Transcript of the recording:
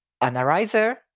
analyzer